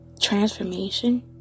transformation